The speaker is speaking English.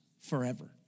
forever